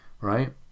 Right